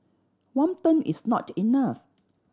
one term is not enough